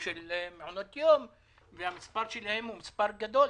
של מעונות יום והמספר שלהם הוא מספר גדול.